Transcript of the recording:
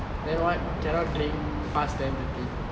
then what cannot drink past ten thirty